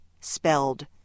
spelled